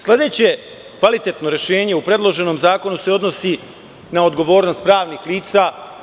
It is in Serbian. Sledeće kvalitetno rešenje u predloženom zakonu se odnosi na odgovornost pravnih lica.